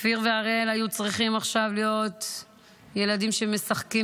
כפיר ואריאל היו צריכים עכשיו להיות ילדים שמשחקים